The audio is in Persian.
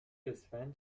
اسفند